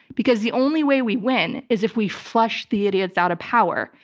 because the only way we win is if we flush the idiots out of power.